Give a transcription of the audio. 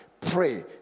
Pray